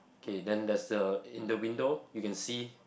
K then there's the in the window you can see